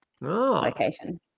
location